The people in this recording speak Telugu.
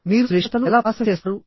మీరు శ్రేష్ఠతను ఎలా ప్రాసెస్ చేస్తారు